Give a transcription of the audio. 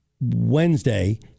Wednesday